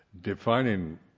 defining